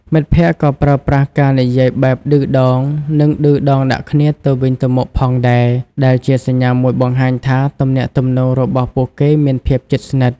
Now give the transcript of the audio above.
មិត្តភក្តិក៏ប្រើប្រាស់ការនិយាយបែបឌឺដងនិងឌឺដងដាក់គ្នាទៅវិញទៅមកផងដែរ ដែលជាសញ្ញាមួយបង្ហាញថាទំនាក់ទំនងរបស់ពួកគេមានភាពជិតស្និទ្ធ។